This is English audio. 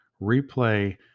replay